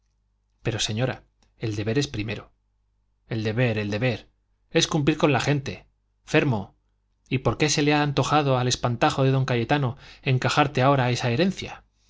pero señora el deber es primero el deber el deber es cumplir con la gente fermo y por qué se le ha antojado al espantajo de don cayetano encajarte ahora esa herencia